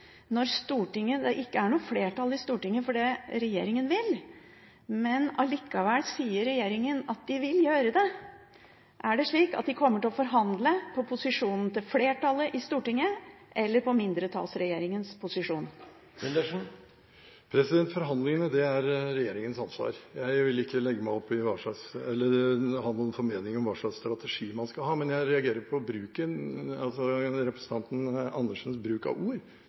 når det ikke er noe flertall i Stortinget for det regjeringen vil. Men likevel sier regjeringen at de vil gjøre det. Er det slik at de kommer til å forhandle på posisjonen til flertallet i Stortinget, eller på mindretallsregjeringens posisjon? Forhandlingene er regjeringens ansvar. Jeg vil ikke ha noen formening om hva slags strategi man skal ha, men jeg reagerer på representanten Andersens bruk av ord: